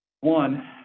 One